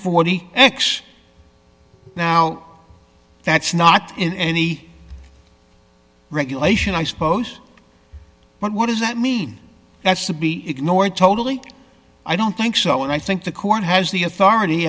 forty x now that's not in any regulation i suppose but does that mean that's to be ignored totally i don't think so and i think the court has the authority